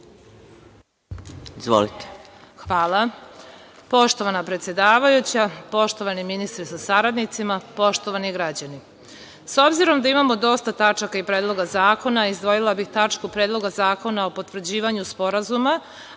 Hvala. Poštovana predsedavajuća, poštovani ministre sa saradnicima, poštovani građani, s obzirom da imamo dosta tačaka i predloga zakona, izdvojila bih tačku Predloga zakona o potvrđivanju sporazuma,